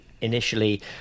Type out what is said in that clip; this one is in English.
initially